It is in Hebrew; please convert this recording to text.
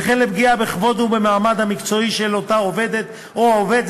וכן לפגיעה בכבוד ובמעמד המקצועי של אותה עובדת או העובד,